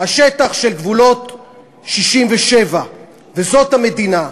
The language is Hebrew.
השטח של גבולות 67', וזאת המדינה.